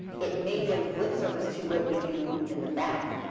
it may give lip service to what we do in the back,